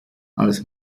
als